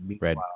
Red